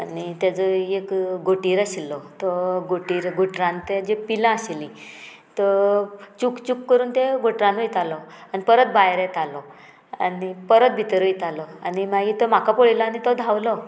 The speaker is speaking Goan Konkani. आनी तेजो एक गोटेर आशिल्लो तो गोटीर गोटरान तें जीं पिलां आशिल्लीं तो चूक चूक करून ते गोटरान वयतालो आनी परत भायर येतालो आनी परत भितर वयतालो आनी मागीर तो म्हाका पळयलो आनी तो धांवलो